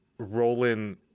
rolling